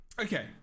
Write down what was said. okay